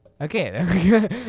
Okay